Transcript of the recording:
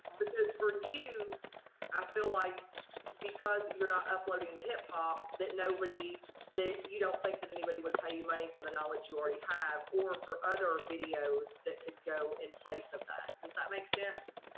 for you i feel like because you're not uploading the hip-hop that nobody that you don't think that anybody would pay you money for the knowledge you already have or for other videos that could go in place of that. does that make sense?